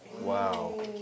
Wow